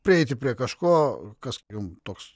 prieiti prie kažko kas jums toks